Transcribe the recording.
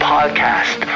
Podcast